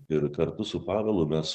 ir kartu su pavelu mes